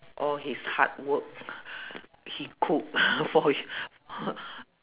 all his hard work he cook for y~